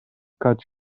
kaç